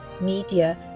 media